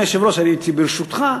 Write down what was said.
אדוני היושב-ראש, ברשותך,